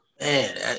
Man